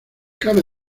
cabe